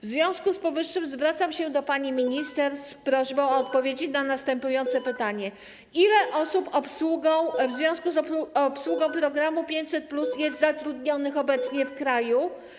W związku z powyższym zwracam się do pani minister z prośbą o odpowiedzi na następujące pytania: Ile osób w związku z obsługą programu 500+ jest zatrudnionych obecnie w kraju?